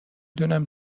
دونم